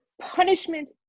punishment